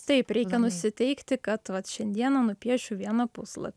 taip reikia nusiteikti kad vat šiandieną nupiešiu vieną puslapį